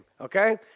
Okay